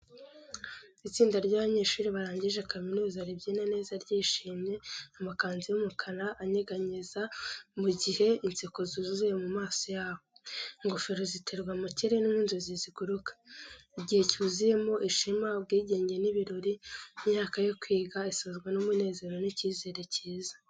Itsinda ry’abanyeshuri barangije kaminuza ribyina neza ryishimye, amakanzu y'umukara anyeganyeza mu gihe inseko zuzuye ku maso yabo. Ingofero ziterwa mu kirere nk’inzozi ziguruka. Igihe cyuzuyemo ishema, ubwigenge n’ibirori, imyaka yo kwiga isozwa n’umunezero n’icyizere cyiza.